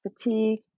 fatigue